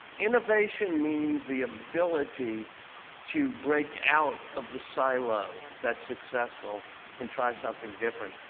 innovation means the ability to break out of the silo that's successful and try something different.